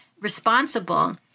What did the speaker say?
responsible